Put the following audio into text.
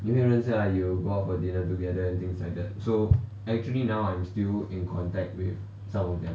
你会认识 lah you will go out for dinner together and things like that so actually now I'm still in contact with some of them